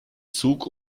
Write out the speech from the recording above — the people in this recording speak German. zug